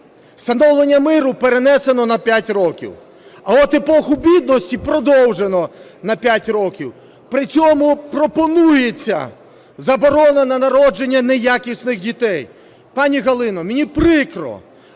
Встановлення миру перенесено на п'ять років, а от "епоху бідності" продовжено на п'ять років. При цьому пропонується заборона на народження неякісних дітей. Пані Галино, мені прикро,